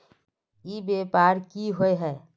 ई व्यापार की होय है?